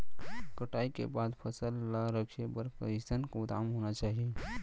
कटाई के बाद फसल ला रखे बर कईसन गोदाम होना चाही?